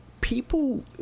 people